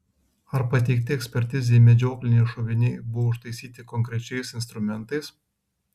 ar pateikti ekspertizei medžiokliniai šoviniai buvo užtaisyti konkrečiais instrumentais